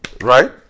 Right